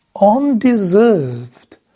undeserved